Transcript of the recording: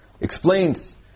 Explains